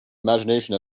imagination